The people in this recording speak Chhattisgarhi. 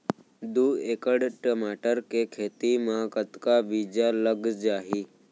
दू एकड़ टमाटर के खेती मा कतका बीजा लग जाही?